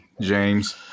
James